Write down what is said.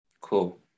Cool